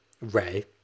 Ray